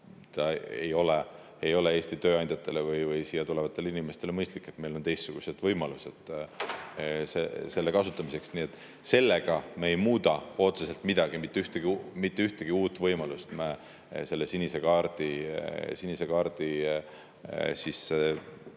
see ei ole Eesti tööandjatele või siia tulevatele inimestele mõistlik, meil on teistsugused võimalused selle kasutamiseks. Nii et sellega ei muuda me otseselt midagi. Mitte ühtegi uut võimalust me selle sinise kaardiga